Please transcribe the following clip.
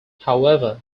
however